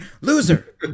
Loser